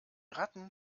ratten